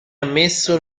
ammesso